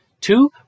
Two